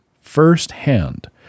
firsthand